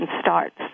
starts